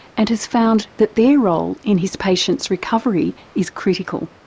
and has found that their role in his patients' recovery is critical,